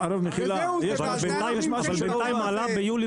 בינתיים עלה ביולי